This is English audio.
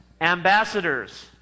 ambassadors